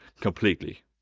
completely